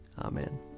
Amen